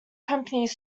companies